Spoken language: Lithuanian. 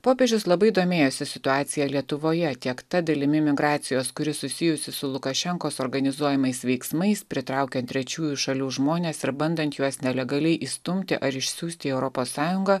popiežius labai domėjosi situacija lietuvoje tiek ta dalimi migracijos kuri susijusi su lukašenkos organizuojamais veiksmais pritraukiant trečiųjų šalių žmones ir bandant juos nelegaliai įstumti ar išsiųsti į europos sąjungą